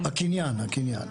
הקניין, הקניין.